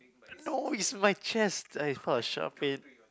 no is my chest is part of shirt pain